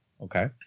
Okay